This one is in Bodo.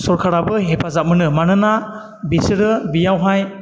सरखाराबो हेफाजाब मोनो मानोना बेसोरो बेयावहाय